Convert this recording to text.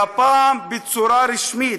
והפעם בצורה רשמית,